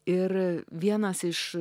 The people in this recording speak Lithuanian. ir vienas iš